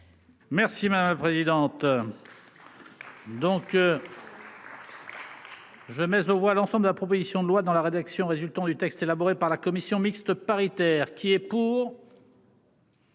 Merci madame la présidente.